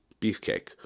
beefcake